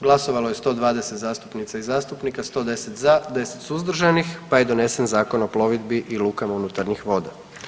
Glasovalo je 120 zastupnica i zastupnika, 110 za, 10 suzdržanih, pa je donesen Zakon o plovidbi i lukama unutarnjih voda.